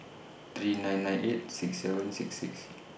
three nine nine eight six seven six six